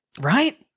Right